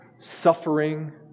Suffering